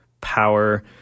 power